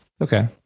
Okay